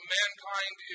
mankind